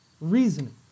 reasoning